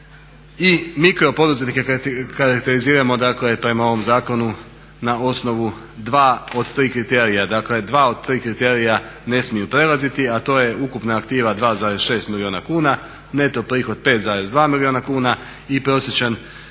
i mikropoduzetnika karakteriziramo dakle prema ovom zakonu na osnovu dva od tri kriterija. Dakle, dva od tri kriterija ne smiju prelaziti, a to je ukupna aktiva 2,6 milijuna kuna, neto prihod 5,2 milijuna kuna i prosječan